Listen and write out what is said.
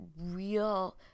real